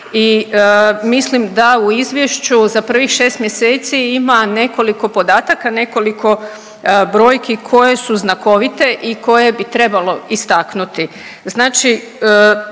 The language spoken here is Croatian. i mislim da u izvješću za prvih 6 mjeseci ima nekoliko podataka, nekoliko brojki koje su znakovite i koje bi trebalo istaknuti.